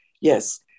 Yes